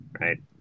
right